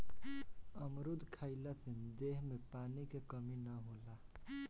अमरुद खइला से देह में पानी के कमी ना होला